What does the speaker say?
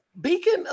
beacon